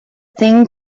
thing